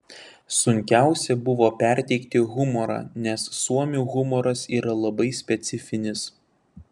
sunkiausia buvo perteikti humorą nes suomių humoras yra labai specifinis